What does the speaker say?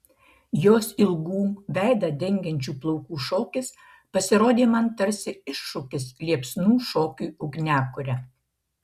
jos ilgų veidą dengiančių plaukų šokis pasirodė man tarsi iššūkis liepsnų šokiui ugniakure